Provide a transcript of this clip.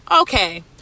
Okay